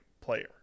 player